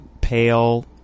pale